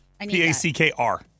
P-A-C-K-R